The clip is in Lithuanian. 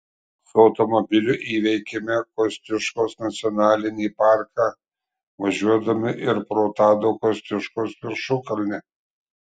su automobiliu įveikėme kosciuškos nacionalinį parką važiuodami ir pro tado kosciuškos viršukalnę